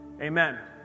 Amen